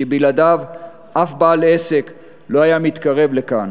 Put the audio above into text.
שבלעדיו אף בעל עסק לא היה מתקרב לכאן.